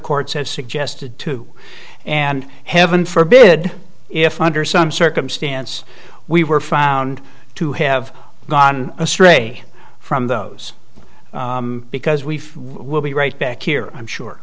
courts have suggested to and heaven forbid if under some circumstance we were found to have gone astray from those because we will be right back here i'm sure